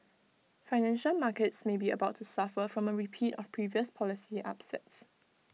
financial markets may be about to suffer from A repeat of previous policy upsets